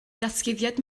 ddatguddiad